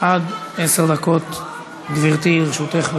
עד עשר דקות, גברתי, לרשותך.